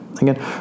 Again